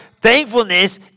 Thankfulness